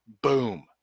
Boom